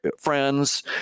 friends